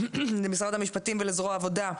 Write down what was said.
למשרד המשפטים ולזרוע העבודה,